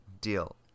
deal